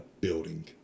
building